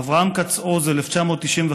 אברהם כ"ץ-עוז, 1995: